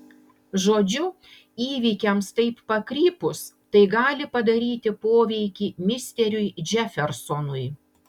žodžiu įvykiams taip pakrypus tai gali padaryti poveikį misteriui džefersonui